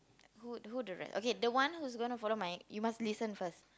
who who the rest okay the one who's gonna follow my you must listen first